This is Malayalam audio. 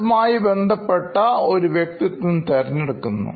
അതുമായി ബന്ധപ്പെട്ട ഒരു വ്യക്തിത്വം തിരഞ്ഞെടുക്കുന്നു